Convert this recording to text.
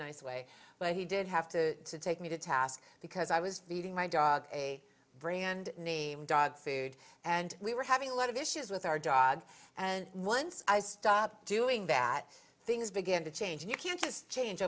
nice way but he did have to take me to task because i was feeding my dog a brand name dog food and we were having a lot of issues with our dog and once i stopped doing bad things began to change you can't just change